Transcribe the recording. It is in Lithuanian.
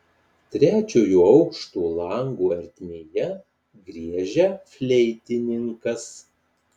trečiojo aukšto lango ertmėje griežia fleitininkas